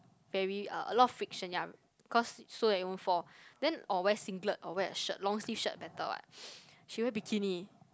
very uh a lot of friction ya cause so that you won't fall then or wear singlet or wear a shirt long sleeve shirt better what she wear bikini